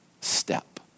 step